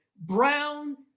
brown